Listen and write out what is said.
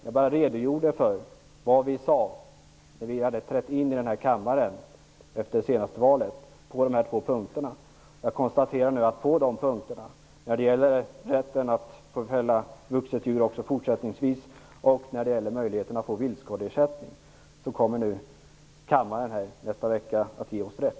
Jag bara redogjorde för det som vi sade angående dessa två punkter när vi efter det senaste valet trädde in i denna kammare. På dessa två punkter, när det gäller att också fortsättningsvis ha rätt att fälla vuxet djur och när det gäller möjligheterna att få viltskadeersättning, kommer kammaren nästa vecka att ge oss rätt.